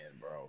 bro